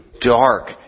dark